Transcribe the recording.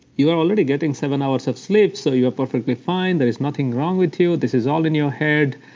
you are already getting seven hours of sleep, so you're perfectly fine there is nothing wrong with you. this is all in your head.